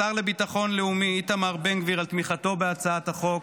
לשר לביטחון לאומי איתמר בן גביר על תמיכתו בהצעת החוק,